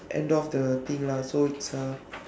end off the thing lah so it's a